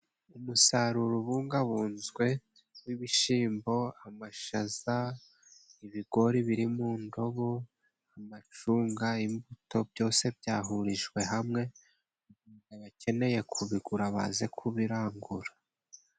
Umusaruro ubungabunzwe w'ibishyimbo, amashaza, ibigori biri mu ndobo, amacunga imbuto byose byahurijwe hamwe, abakeneye kubigura baze kubirangura.